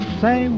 say